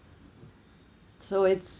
so it's